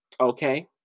Okay